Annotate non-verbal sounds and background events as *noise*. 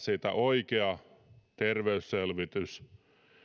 *unintelligible* siitä oikea terveysselvitys